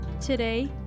Today